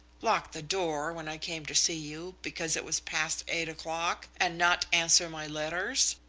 lock the door when i came to see you, because it was past eight o'clock, and not answer my letters?